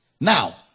Now